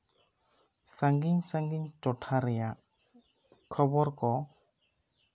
ᱥᱟᱺᱜᱤᱧᱼᱥᱟᱺᱜᱤᱧ ᱴᱚᱴᱷᱟ ᱨᱮᱭᱟᱜ ᱠᱷᱚᱵᱚᱨ ᱠᱚ